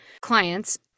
clients